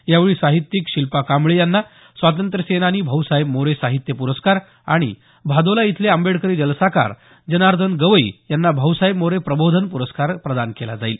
यावेळी साहित्यक शिल्पा कांबळे यांना स्वातंत्र्यसेनानी भाऊसाहेब मोरे साहित्य प्रस्कार आणि भादोला इथले आंबेडकरी जलसाकार जनार्दन गवई यांना भाऊसाहेब मोरे प्रबोधन प्रस्कार प्रदान केला जाईल